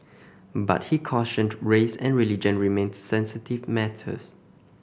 but he cautioned race and religion remained sensitive matters